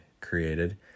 created